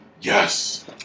Yes